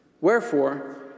Wherefore